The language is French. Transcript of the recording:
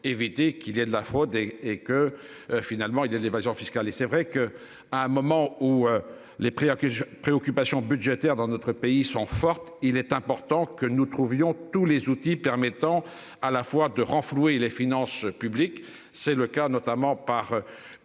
éviter qu'il y ait de la fraude et et que. Finalement il d'évasion fiscale et c'est vrai que à un moment où les prix accuse préoccupations budgétaires dans notre pays sont fortes. Il est important que nous trouvions tous les outils permettant à la fois de renflouer les finances publiques. C'est le cas notamment par.